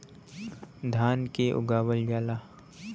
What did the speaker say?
धान के उगावल जाला